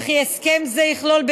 וכי הסכם זה יכלול,